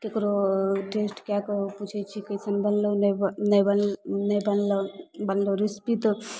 केकरो टेस्ट कए कऽ ओ पूछै छी कैसन बनलौं नै बऽ नै बन नै बनलौं बनलौं रेसिपी तऽ